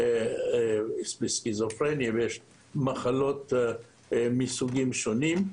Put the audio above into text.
בסכיזופרניה ובמחלות מסוגים שונים,